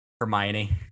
Hermione